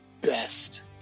best